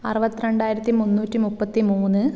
അറുപത്രണ്ടായിരത്തി മുന്നൂറ്റി മുപ്പത്തി മൂന്ന്